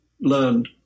learned